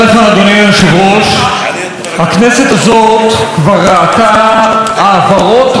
הכנסת הזאת כבר ראתה העברות רבות של סמכויות.